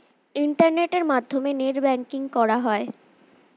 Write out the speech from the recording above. ইন্টারনেটের মাধ্যমে net banking করা হয়